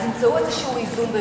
אז ימצאו איזה איזון,